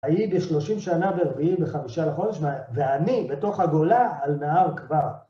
הייתי שלושים שנה וארבעים וחמישה לחודש, ואני בתוך הגולה על מער כבר.